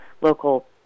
local